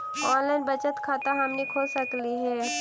Online बचत खाता हमनी खोल सकली हे?